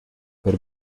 per